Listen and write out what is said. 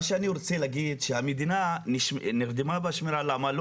מה שאני רוצה להגיד שהמדינה נרדמה בשמירה למה לא